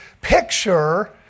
picture